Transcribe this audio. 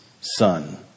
son